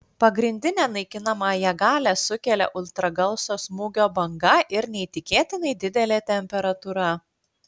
pagrindinę naikinamąją galią sukelia ultragarso smūgio banga ir neįtikėtinai didelė temperatūra